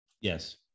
Yes